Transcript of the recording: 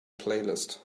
playlist